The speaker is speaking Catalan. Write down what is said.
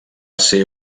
ser